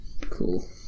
Cool